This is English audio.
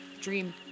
dream